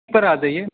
پر آ جائیے